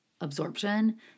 absorption